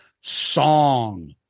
song